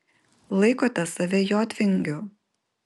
laikote save jotvingiu